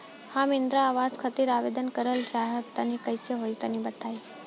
हम इंद्रा आवास खातिर आवेदन करल चाह तनि कइसे होई तनि बताई?